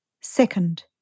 Second